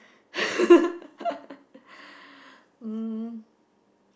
um